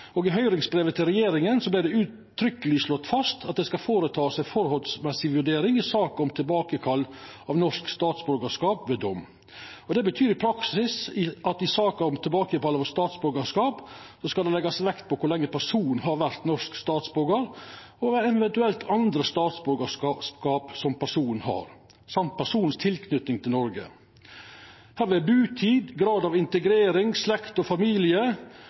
og i høyringsbrevet til regjeringa vart det uttrykkjeleg slått fast at det skal gjerast ei samhøvevurdering i saker om tilbakekall av norsk statsborgarskap ved dom. Det betyr i praksis at i saker om tilbakekall av statsborgarskap skal det leggjast vekt på kor lenge personen har vore norsk statsborgar, eventuelt kva andre statsborgarskap personen har, og kva tilknyting personen har til Noreg. Her vil butid, grad av integrering, slekt og familie